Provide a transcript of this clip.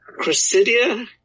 Chrysidia